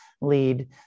lead